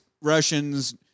Russians